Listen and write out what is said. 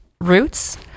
roots